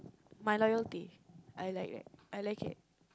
mine loyalty I like it I like it